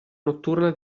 notturna